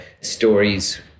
stories